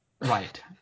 Right